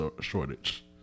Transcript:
shortage